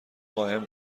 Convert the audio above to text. قایم